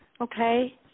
okay